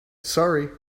sorry